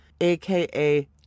aka